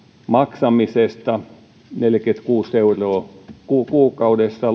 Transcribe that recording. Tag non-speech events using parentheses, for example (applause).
maksamista lukiolaisille neljäkymmentäkuusi euroa kuukaudessa (unintelligible)